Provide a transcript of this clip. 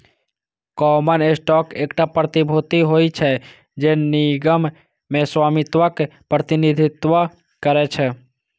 common stock एकटा प्रतिभूति होइ छै, जे निगम मे स्वामित्वक प्रतिनिधित्व करै छै